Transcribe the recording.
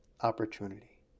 opportunity